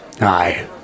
Aye